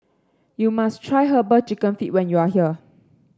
you must try herbal chicken feet when you are here